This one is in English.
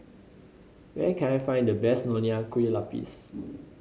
where can I find the best Nonya Kueh Lapis